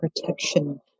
protection